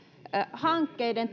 hankkeiden